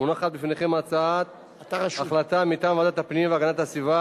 מונחת בפניכם הצעת החלטה מטעם ועדת הפנים והגנת הסביבה